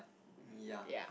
yeah